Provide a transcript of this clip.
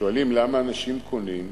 שואלים למה אנשים קונים,